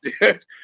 dude